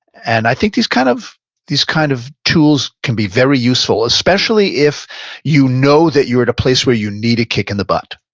and i think these kind of these kind of tools can be very useful, especially if you know that you are at a place where you need a kick in the butt.